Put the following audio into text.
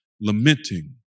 lamenting